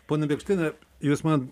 ponia bėkštiene jūs man